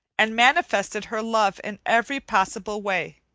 and manifested her love in every possible way